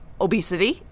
obesity